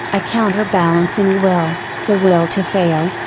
a counter balancing will, the will to fail,